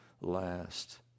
last